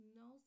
no